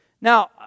Now